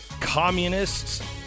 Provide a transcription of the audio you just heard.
communists